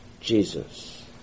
Jesus